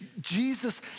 Jesus